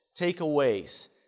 takeaways